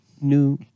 new